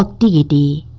dd